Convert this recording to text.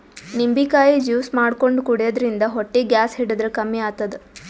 ನಿಂಬಿಕಾಯಿ ಜ್ಯೂಸ್ ಮಾಡ್ಕೊಂಡ್ ಕುಡ್ಯದ್ರಿನ್ದ ಹೊಟ್ಟಿ ಗ್ಯಾಸ್ ಹಿಡದ್ರ್ ಕಮ್ಮಿ ಆತದ್